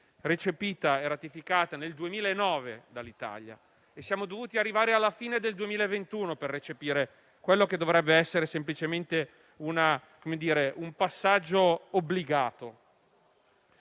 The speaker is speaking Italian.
recepita e ratificata dall'Italia nel 2009. Siamo dovuti arrivare alla fine del 2021 per recepire quello che dovrebbe essere semplicemente un passaggio obbligato.